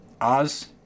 Oz